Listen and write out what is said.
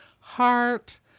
heart